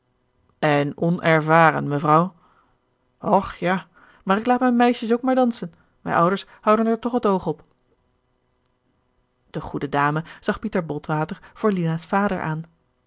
en onervaren mevrouw och ja maar ik laat mijn meisjes ook maar dansen wij ouders houden er toch het oog op de goede dame zag pieter botwater voor lina's vader aan